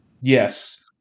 Yes